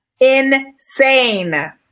Insane